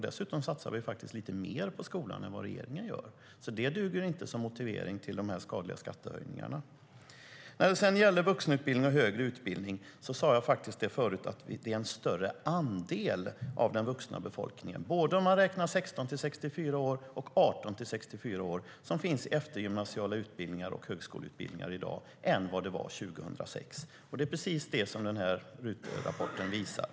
Dessutom satsar vi faktiskt lite mer än regeringen på skolan. Det duger därför inte som motivering för dessa skadliga skattehöjningar. När det sedan gäller vuxenutbildning och högre utbildning sade jag förut att det är en större andel av den vuxna befolkningen, både om man räknar dem som är 16-64 år och om man räknar dem som är 18-64 år, som finns i eftergymnasiala utbildningar och högskoleutbildningar i dag än 2006. Det är precis det som den här RUT-rapporten visar.